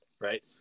Right